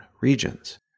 regions